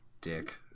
dick